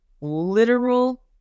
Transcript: literal